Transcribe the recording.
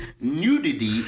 nudity